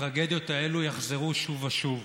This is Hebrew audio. הטרגדיות האלה יחזרו שוב ושוב.